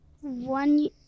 one